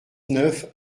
neuf